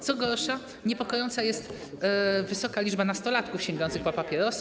Co gorsza, niepokojąca jest wysoka liczba nastolatków sięgających po papierosy.